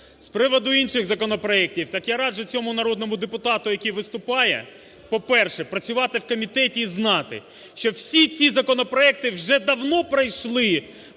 З приводу інших законопроектів, так я раджу цьому народному депутату, який виступає, по-перше, працювати у комітеті і знати, що всі ці законопроекти вже давно пройшли